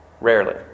Rarely